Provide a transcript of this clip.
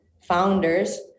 founders